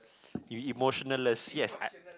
you emotionless yes I